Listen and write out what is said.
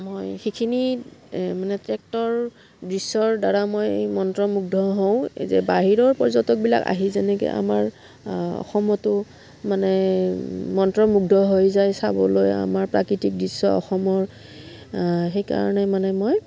মই সেইখিনি মানে ট্ৰেকটোৰ দৃশ্যৰদ্বাৰা মই মন্ত্ৰমুগ্ধ হওঁ যে বাহিৰৰ পৰ্যটকবিলাক আহি যেনেকৈ আমাৰ অসমতো মানে মন্ত্ৰমুগ্ধ হৈ যায় চাবলৈ আমাৰ প্ৰাকৃতিক দৃশ্য অসমৰ সেইকাৰণে মানে মই